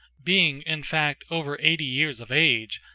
being in fact over eighty years of age,